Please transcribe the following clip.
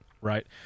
Right